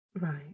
right